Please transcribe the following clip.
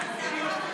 תעדכני אותו.